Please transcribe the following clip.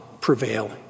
prevail